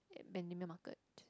Bendemeer-Market